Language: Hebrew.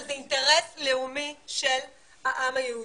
אבל זה אינטרס לאומי של העם היהודי.